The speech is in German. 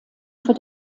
für